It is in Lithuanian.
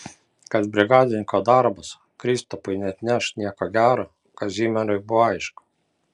kad brigadininko darbas kristupui neatneš nieko gero kazimierui buvo aišku